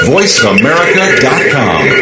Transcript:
VoiceAmerica.com